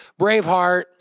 Braveheart